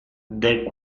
del